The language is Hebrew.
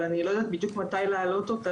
אבל אני לא יודעת בדיוק מתי להעלות אותה.